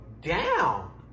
down